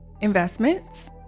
investments